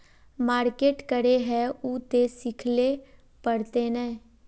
Market करे है उ ते सिखले पड़ते नय?